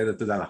מצוין תודה.